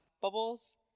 bubbles